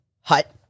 hut